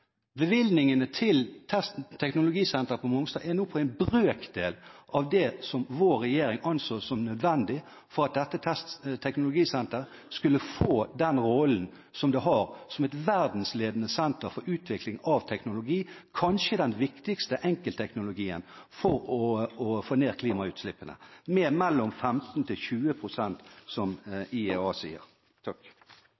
Bevilgningene til Teknologisenteret på Mongstad er nå på en brøkdel av det som vår regjering anså som nødvendig for at dette Teknologisenteret skulle få den rollen det har, som et verdensledende senter for utvikling av teknologi, kanskje den viktigste enkeltteknologien for å få ned klimautslippene med mellom 15 pst. og 20 pst., som